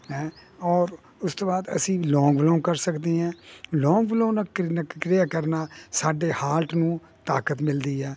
ਹੈਂ ਔਰ ਉਸ ਤੋਂ ਬਾਅਦ ਅਸੀਂ ਲੋਂਗ ਬਿਲੋਂਗ ਕਰ ਸਕਦੇ ਹਂ ਲੋਂਗ ਬਿਲੋਂਨ ਕਿਰਿਆ ਕਰਨਾ ਸਾਡੇ ਹਾਰਟ ਨੂੰ ਤਾਕਤ ਮਿਲਦੀ ਹ